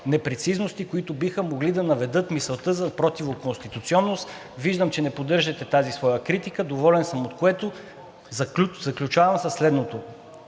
непрецизности, които биха могли да наведат на мисълта за противоконституционност, виждам, че не поддържате тази своя критика. Доволен съм от което. Заключавам със следното: